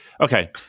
okay